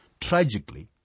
Tragically